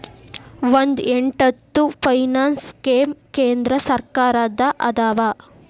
ಒಂದ್ ಎಂಟತ್ತು finance scheme ಕೇಂದ್ರ ಸರ್ಕಾರದ್ದ ಅದಾವ